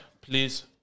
please